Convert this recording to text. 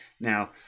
Now